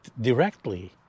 directly